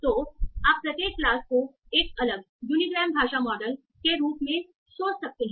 तो आप प्रत्येक क्लास को एक अलग यूनिग्राम भाषा मॉडल के रूप में सोच सकते हैं